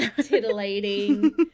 titillating